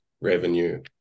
revenue